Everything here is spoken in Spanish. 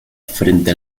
frente